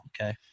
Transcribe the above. Okay